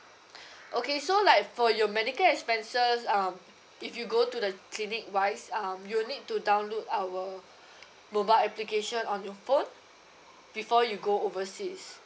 okay so like for your medical expenses um if you go to the clinic wise um you'll need to download our mobile application on your phone before you go overseas